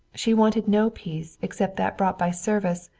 she wanted no peace except that bought by service,